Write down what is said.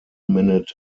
minute